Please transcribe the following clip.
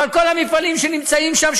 ועל כל המפעלים שנמצאים שם,